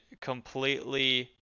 completely